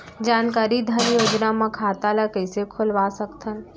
जानकारी धन योजना म खाता ल कइसे खोलवा सकथन?